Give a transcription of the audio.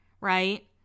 right